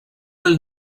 will